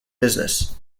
business